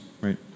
right